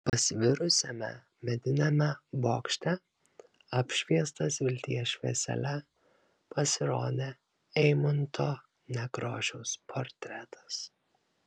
pasvirusiame mediniame bokšte apšviestas vilties šviesele pasirodė eimunto nekrošiaus portretas